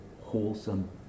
wholesome